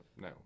No